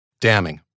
Damning